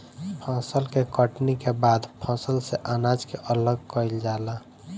फसल के कटनी के बाद फसल से अनाज के अलग कईल जाला